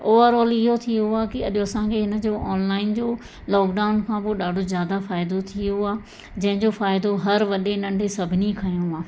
overall इहो थी वियो आहे की अॼु असांखे इन जो ऑनलाइन जो लॉकडाउन खां पोइ ॾाढो ज़्यादा फ़ाइदो थी वियो आहे जंहिंजो फ़ाइदो हर वॾे नंढे सभिनी खयो आहे